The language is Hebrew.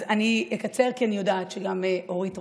אז אני אקצר, כי אני יודעת שגם אורית רוצה,